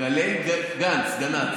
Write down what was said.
גלי גנץ, גנ"צ.